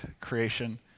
creation